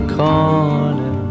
corner